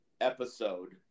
episode